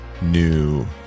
new